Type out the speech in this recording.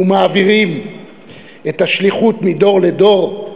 ומעבירים את השליחות מדור לדור,